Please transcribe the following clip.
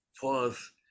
pause